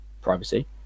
privacy